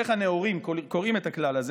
איך הנאורים קוראים את הכלל הזה?